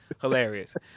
hilarious